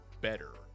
better